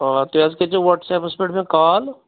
آ تُہۍ حظ کٔرۍزیٚو وٹٕس ایٚپَس پیٚٹھ مےٚ کال